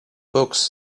books